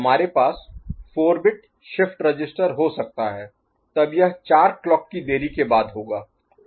हमारे पास 4 bit shift register हो सकता है तब यह चार 4 क्लॉक की देरी के बाद होगा